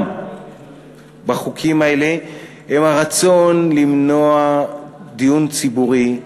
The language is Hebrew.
בחוקים האלה הוא הרצון למנוע דיון ציבורי,